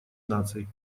наций